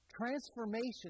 Transformation